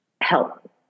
Help